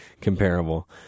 Comparable